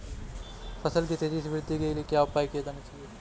फसलों की तेज़ी से वृद्धि के लिए क्या उपाय किए जाने चाहिए?